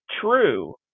true